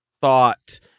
thought